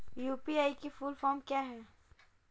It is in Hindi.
यू.पी.आई की फुल फॉर्म क्या है?